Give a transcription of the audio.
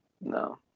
No